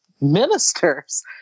ministers